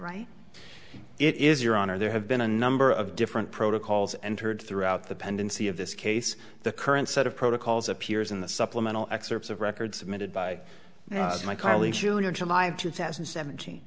right it is your honor there have been a number of different protocols and heard throughout the pendency of this case the current set of protocols appears in the supplemental excerpts of record submitted by my colleagues june or july of two thousand and seventeen